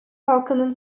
halkının